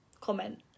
comment